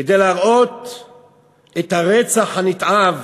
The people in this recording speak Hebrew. כדי להראות את הרצח הנתעב